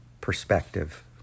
perspective